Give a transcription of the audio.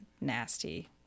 nasty